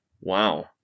Wow